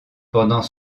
pendant